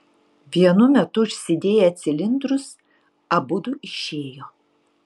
vienu metu užsidėję cilindrus abudu išėjo